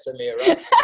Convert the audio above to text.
Samira